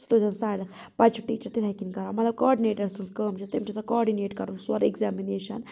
سُہ تھٔیزِہون سایڈَس پَتہٕ چھُ ٹیچَر تِتھے کٔنۍ کَران مَطلَب کاڈنیٹَر سٕنٛز کٲم چھِ تٔمِس چھُ آسان کاڈنیٹ کَرُن سورٕے ایٚکزامِنیشَن